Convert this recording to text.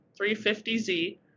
350Z